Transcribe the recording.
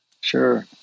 Sure